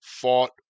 fought